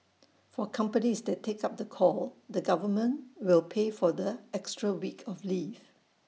for companies that take up the call the government will pay for the extra week of leave